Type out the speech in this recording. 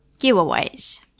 giveaways